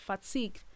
fatigue